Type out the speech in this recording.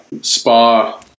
spa